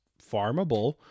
farmable